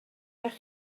gewch